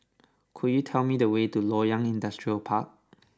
could you tell me the way to Loyang Industrial Park